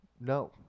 No